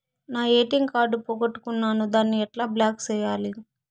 నా ATM card పోగొట్టుకున్నాను, దాన్ని ఎట్లా బ్లాక్ సేయాలి?